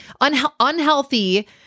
unhealthy